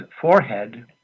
forehead